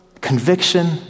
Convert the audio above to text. conviction